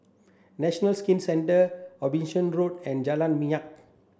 National Skin Centre Abbotsingh Road and Jalan Minyak